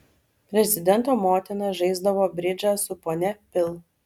prezidento motina žaisdavo bridžą su ponia pil